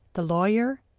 the lawyer,